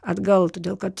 atgal todėl kad